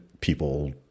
people